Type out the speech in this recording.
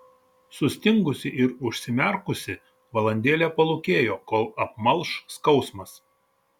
sustingusi ir užsimerkusi valandėlę palūkėjo kol apmalš skausmas